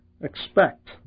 expect